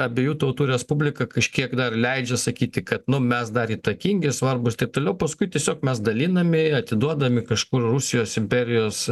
abiejų tautų respublika kažkiek dar leidžia sakyti kad nu mes dar įtakingi svarbūs taip toliau paskui tiesiog mes dalinami atiduodami kažkur rusijos imperijos